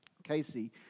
Casey